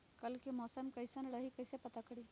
कल के मौसम कैसन रही कई से पता करी?